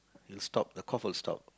it'll stop the cough will stop